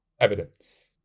evidence